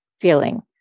feeling